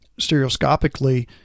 stereoscopically